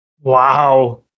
Wow